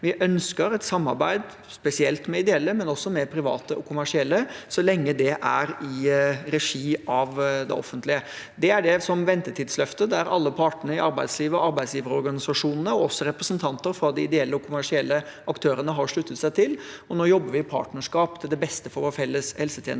Vi ønsker et samarbeid, spesielt med ideelle, men også med private og kommersielle aktører, så lenge det er i regi av det offentlige. Det er det som er ventetidsløftet, som alle partene i arbeidslivet og arbeidsgiverorganisasjonene, og også representanter fra de ideelle og kommersielle aktørene, har sluttet seg til. Nå jobber vi i partnerskap til det beste for vår felles helsetjeneste,